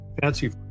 fancy